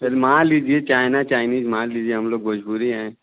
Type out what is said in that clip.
मान लीजिये China Chinese मान लीजिये हम लोग मजबूरी हैं